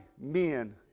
men